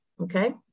Okay